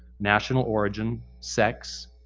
national origin, sex,